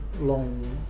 long